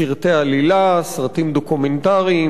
סרטי עלילה, סרטים דוקומנטריים,